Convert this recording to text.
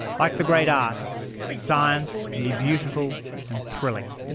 like the great arts, science can be beautiful and thrilling.